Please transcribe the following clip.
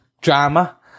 drama